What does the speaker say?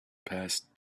passed